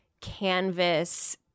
canvas